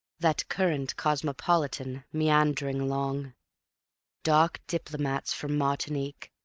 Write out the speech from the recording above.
that current cosmopolitan meandering along dark diplomats from martinique,